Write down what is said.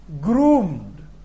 groomed